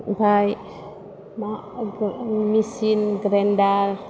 ओमफ्राय मा machine grinder